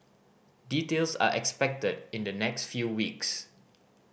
details are expected in the next few weeks